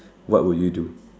what would you do